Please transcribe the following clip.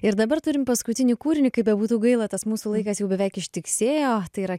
ir dabar turim paskutinį kūrinį kaip bebūtų gaila tas mūsų laikas jau beveik ištiksėjo tai yra